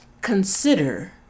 consider